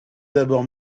d’abord